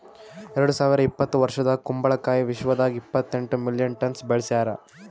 ಎರಡು ಸಾವಿರ ಇಪ್ಪತ್ತು ವರ್ಷದಾಗ್ ಕುಂಬಳ ಕಾಯಿ ವಿಶ್ವದಾಗ್ ಇಪ್ಪತ್ತೆಂಟು ಮಿಲಿಯನ್ ಟನ್ಸ್ ಬೆಳಸ್ಯಾರ್